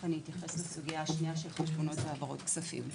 אתייחס לסוגיה השנייה של חשבונות והעברות הכספים.